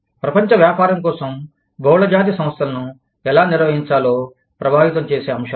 ప్రపంచ వ్యాపారం కోసం బహుళజాతి సంస్థలను ఎలా నిర్వహించాలో ప్రభావితం చేసే అంశాలు